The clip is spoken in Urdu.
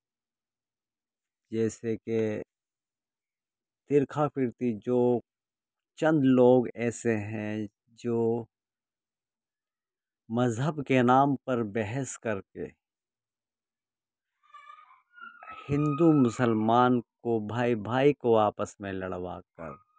جیسے کہ ترکھا پرتی جو چند لوگ ایسے ہیں جو مذہب کے نام پر بحث کر کے ہندو مسلمان کو بھائی بھائی کو آپس میں لڑوا کر